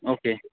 okay